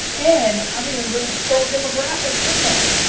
and i'm even gonna throw demographics in there.